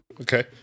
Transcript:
Okay